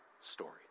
story